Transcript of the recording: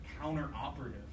counter-operative